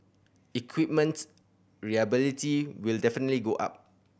equipment reliability will definitely go up